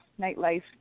nightlife